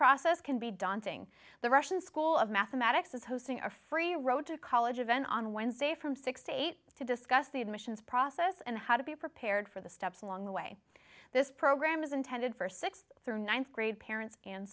process can be daunting the russian school of mathematics is hosting a free road to college event on wednesday from six to eight to discuss the admissions process and how to be prepared for the steps along the way this program is intended for sixth through ninth grade parents and